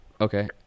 Okay